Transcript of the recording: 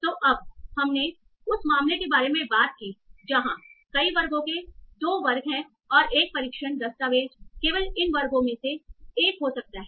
तो अब हमने उस मामले के बारे में बात की जहाँ कई वर्गों के 2 वर्ग हैं और एक परीक्षण दस्तावेज़ केवल इन वर्गों में से एक हो सकता है